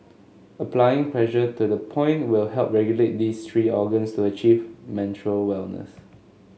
applying pressure to the point will help regulate these three organs to achieve menstrual wellness